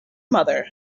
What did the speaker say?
mother